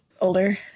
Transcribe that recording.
older